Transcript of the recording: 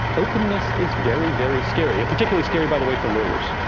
openness is very, very scary. and particularly scary, by the way, for lawyers.